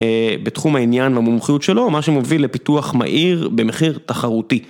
בתחום העניין והמומחיות שלו, מה שמוביל לפיתוח מהיר במחיר תחרותי.